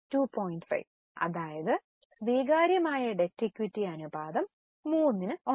5 അതായത് സ്വീകാര്യമായ debt equity അനുപാതം 3